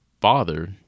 father